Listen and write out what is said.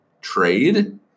trade